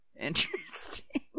interesting